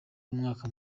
umwaka